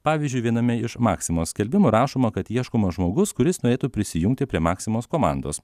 pavyzdžiui viename iš maksimos skelbimų rašoma kad ieškomas žmogus kuris norėtų prisijungti prie maksimos komandos